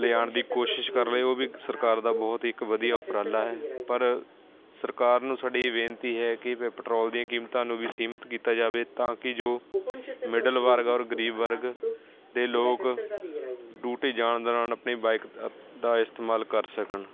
ਲਿਆਉਣ ਦੀ ਕੋਸ਼ਿਸ਼ ਕਰ ਰਹੇ ਉਹ ਵੀ ਸਰਕਾਰ ਦਾ ਬਹੁਤ ਹੀ ਇੱਕ ਵਧੀਆ ਉਪਰਾਲਾ ਹੈ ਪਰ ਸਰਕਾਰ ਨੂੰ ਸਾਡੀ ਇਹ ਬੇਨਤੀ ਹੈ ਕਿ ਪੈਟਰੋਲ ਦੀਆਂ ਕੀਮਤਾਂ ਨੂੰ ਵੀ ਸੀਮਿਤ ਕੀਤਾ ਜਾਵੇ ਤਾਂ ਕਿ ਜੋ ਮਿਡਲ ਵਰਗ ਔਰ ਗਰੀਬ ਵਰਗ ਦੇ ਲੋਕ ਡਿਊਟੀ ਜਾਣ ਦੌਰਾਨ ਆਪਣੀ ਬਾਈਕ ਦਾ ਇਸਤੇਮਾਲ ਕਰ ਸਕਣ